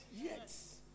yes